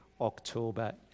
October